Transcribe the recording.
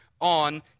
on